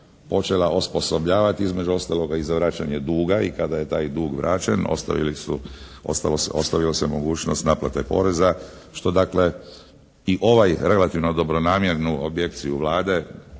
počela osposobljavati između ostaloga i za vraćanje duga. I kada je taj dug vraćen ostavili su, ostavila se mogućnost naplate poreza što dakle i ovaj relativno dobronamjernu objekciju Vlade,